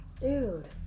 Dude